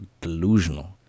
delusional